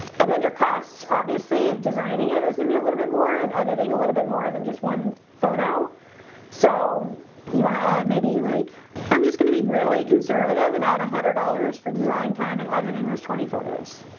and then your costs obviously designing it is gonna be a little bit more in editing little bit more than just one photo so you want to add maybe like i'm just gonna be really conservative and add a hundred dollars for design time and editing those twenty photos